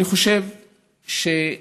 אני חושב שאכיפה